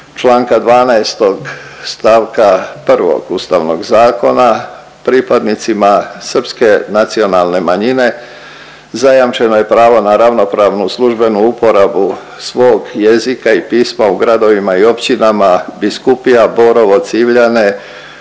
čl. 12. st. 1. Ustavnog zakona pripadnicima Srpske nacionalne manjine zajamčeno je pravo na ravnopravnu službenu uporabu svog jezika i pisma u gradovima i općinama Biskupija, Borovo, Civljane,